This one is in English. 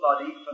body